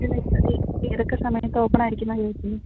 ഈ ലൈബ്രറി ഏതൊക്കെ സമയത്താണ് ഓപ്പണായിരിക്കും എന്നാണ് ചോദിച്ചത്